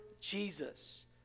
Jesus